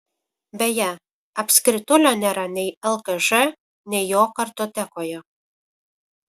beje apskritulio nėra nei lkž nei jo kartotekoje